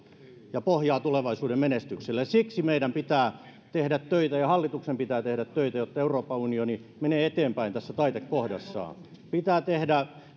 ja pohjaa tulevaisuuden menestykselle siksi meidän pitää tehdä töitä ja hallituksen pitää tehdä töitä jotta euroopan unioni menee eteenpäin tässä taitekohdassa pitää tehdä